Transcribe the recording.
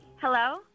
hello